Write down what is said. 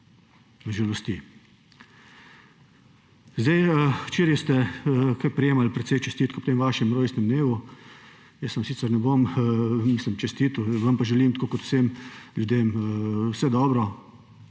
žalosti. Včeraj ste prejemali precej čestitk ob vašem rojstnem dnevu. Jaz vam sicer ne bom čestital, vam pa želim, tako kot vsem ljudem, vse dobro,